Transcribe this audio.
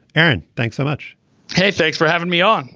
aaron thanks so much hey thanks for having me on